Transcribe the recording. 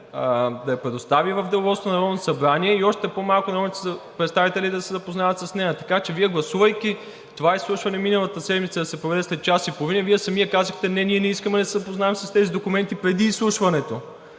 да я предостави в Деловодството на Народното събрание и още по-малко народните представители да се запознаят с нея, така че Вие, гласувайки това изслушване миналата седмица, да се проведе след час и половина, Вие самият казахте: „Не, ние не искаме да се запознаем с тези документи преди изслушването.“